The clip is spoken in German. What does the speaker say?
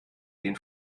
den